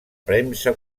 premsa